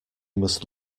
must